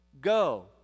Go